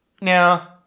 Now